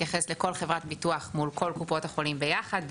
מתייחס לכל חברת ביטוח מול כל קופות החולים ביחד,